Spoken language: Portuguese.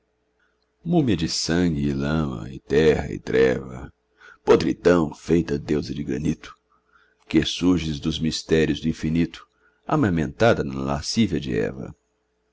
múmia de sangue e lama e terra e treva podridão feita deusa de granito que surges dos mistérios do infinito amamentada na lascívia de eva